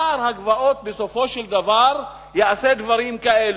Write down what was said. נוער הגבעות בסופו של דבר יעשה דברים כאלו.